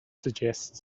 suggests